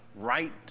right